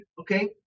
okay